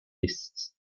lists